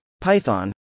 Python